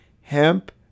hemp